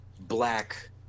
black